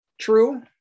true